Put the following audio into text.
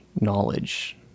knowledge